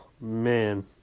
man